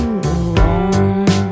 alone